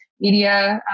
media